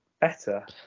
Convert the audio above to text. better